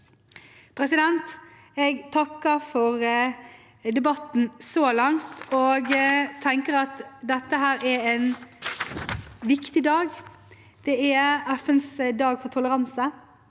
seg. Jeg takker for debatten så langt. Jeg tenker at dette er en viktig dag, for det er FNs dag for toleranse.